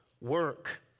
work